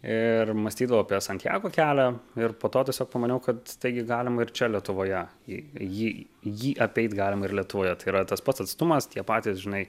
ir mąstydavau apie santjago kelią ir po atodūsio pamaniau kad taigi galima ir čia lietuvoje į jį jį apeit galima ir lietuvoje tai yra tas pats atstumas tie patys žinai